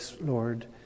Lord